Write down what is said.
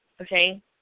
okay